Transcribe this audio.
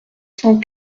cent